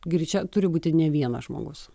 greičia turi būti ne vienas žmogus